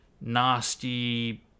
nasty